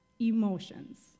Emotions